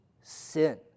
sin